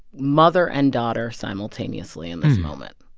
mother and daughter simultaneously in this moment.